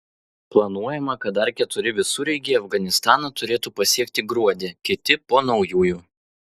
planuojama kad dar keturi visureigiai afganistaną turėtų pasiekti gruodį kiti po naujųjų